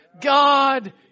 God